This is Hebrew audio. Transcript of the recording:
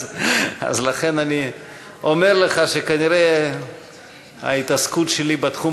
לכן אני אומר לך שכנראה ההתעסקות שלי בתחום